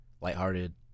lighthearted